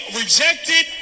rejected